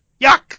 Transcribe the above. Yuck